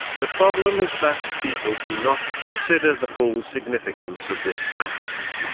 the problem is that people do not consider the full significance of this fact.